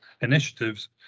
initiatives